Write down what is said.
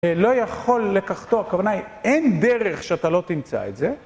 לא יכול לקחתו, כוונה, אין דרך שאתה לא תמצא את זה.